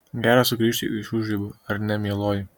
gera sugrįžti iš užribių ar ne mieloji